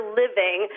living